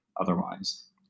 otherwise